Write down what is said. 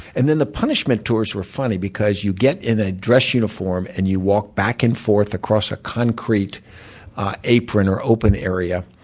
and then the punishment tours were funny because you get in a dress uniform, and you walk back and forth across a concrete apron, or open area.